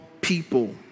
people